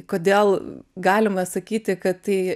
kodėl galima sakyti kad tai